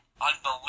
unbelievable